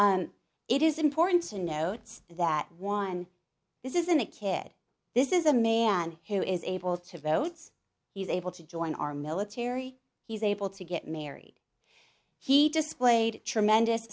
and it is important to note that one this isn't a kid this is a man who is able to have those he's able to join our military he's able to get married he displayed tremendous